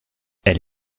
elle